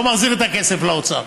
לא מחזיר את הכסף לאוצר.